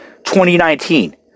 2019